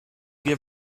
give